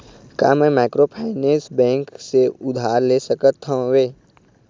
का मैं microfinance bank से उधार ले सकत हावे?